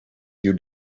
you